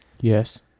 Yes